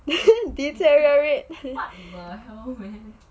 deteriorate